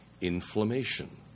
inflammation